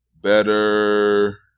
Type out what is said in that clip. better